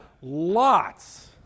lots